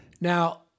Now